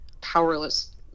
powerless